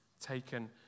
taken